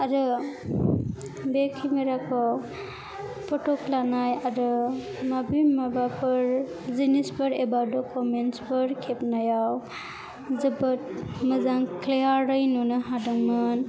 आरो बे केमेराखौ फट' लानाय आरो माबा माबाफोर जिनिसफोर एबा डकुमेन्सफोर खेबनायाव जोबोद मोजां क्लियारै नुनो हादोंमोन